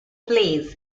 plays